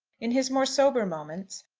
in his more sober moments,